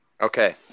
Okay